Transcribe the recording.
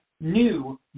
new